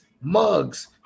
mugs